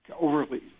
overly